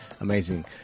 Amazing